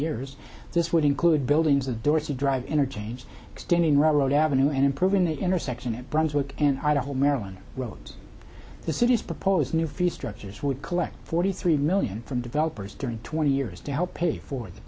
years this would include buildings of dorsey drive interchange extending road avenue and improving the intersection at brunswick in idaho maryland wrote the city's proposed new fee structures would collect forty three million from developers during twenty years to help pay for